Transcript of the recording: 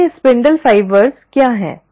अब ये स्पिंडल फाइबर"spindle fibres'क्या हैं